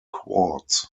quartz